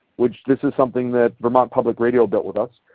which this is something that vermont public radio built with us,